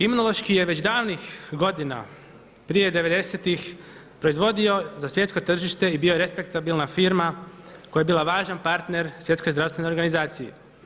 Imunološki je već davnih godina prije devedesetih proizvodio za svjetsko tržište i bio je respektabilna firma koja je bila važan partner Svjetskoj zdravstvenoj organizaciji.